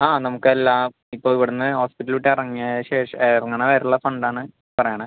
ആ നമുക്ക് എല്ലാം ഇപ്പോൾ ഇവിടുന്ന് ഹോസ്പിറ്റലോട്ട് ഇറങ്ങിയ ശേഷം ഇറങ്ങണ വരെയുള്ള ഫണ്ടാണ് പറയണത്